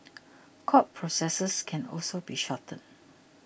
court processes can also be shortened